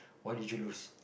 why did you lose